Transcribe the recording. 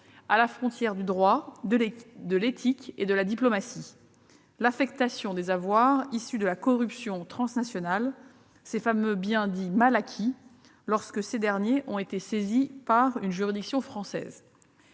à la frontière du droit, de l'éthique et de la diplomatie : l'affectation des avoirs issus de la corruption transnationale- ces fameux biens dits « mal acquis » -et saisis par une juridiction française.